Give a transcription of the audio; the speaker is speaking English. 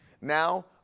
Now